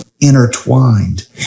intertwined